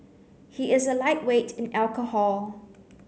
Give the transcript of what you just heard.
he is a lightweight in alcohol